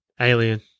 Alien